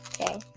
Okay